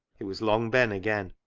it was long ben again,